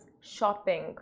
shopping